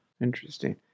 Interesting